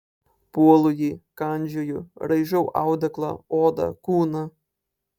puolu jį kandžioju raižau audeklą odą kūną